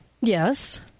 Yes